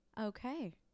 Okay